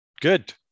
Good